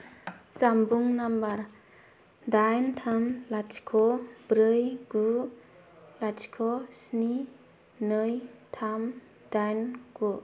जानबुं नाम्बार दाइन थाम लाथिख' ब्रै गु लाथिख' स्नि नै थाम दाइन गु